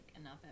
enough